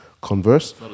converse